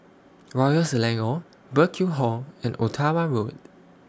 Royal Selangor Burkill Hall and Ottawa Road